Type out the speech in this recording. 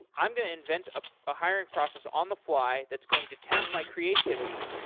i'm going to invent a ah hiring process on the fly that's going to test my creativity.